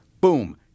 Boom